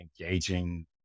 engaging